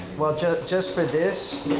well just just for this,